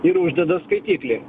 ir uždeda skaitiklį